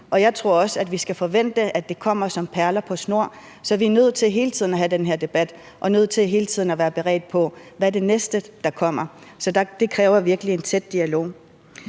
jeg tror også, at vi skal forvente, at det kommer som perler på en snor, så vi er nødt til hele tiden at have den her debat og til hele tiden at være beredt på, hvad der kommer næste gang. Så det kræver virkelig en tæt dialog.